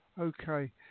Okay